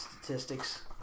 statistics